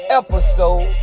episode